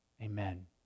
Amen